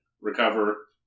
recover